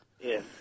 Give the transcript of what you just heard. Yes